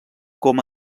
com